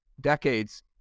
decades